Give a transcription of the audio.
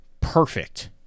perfect